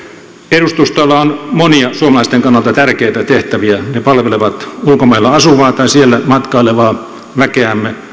edustustoilla on monia suomalaisten kannalta tärkeitä tehtäviä ne palvelevat ulkomailla asuvaa tai siellä matkailevaa väkeämme